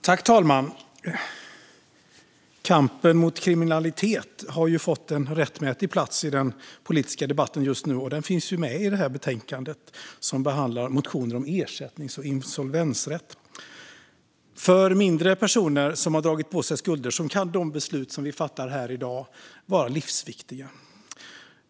Fru talman! Kampen mot kriminalitet har fått en rättmätig plats i den politiska debatten just nu och finns med i det här betänkandet, som behandlar motioner om ersättnings och insolvensrätt. För mindre bemedlade personer som har dragit på sig skulder kan de beslut vi fattar här i dag vara livsviktiga.